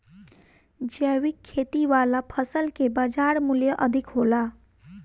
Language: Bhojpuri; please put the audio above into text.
जैविक खेती वाला फसल के बाजार मूल्य अधिक होला